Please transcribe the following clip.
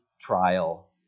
trial